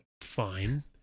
fine